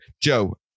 Joe